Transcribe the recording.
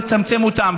לצמצם אותם?